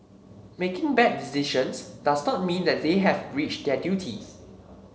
making bad decisions does not mean that they have breached their duties